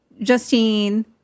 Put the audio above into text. justine